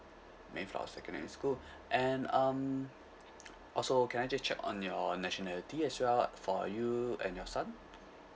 mayflower secondary school and um also can I just check on your nationality as well for you and your son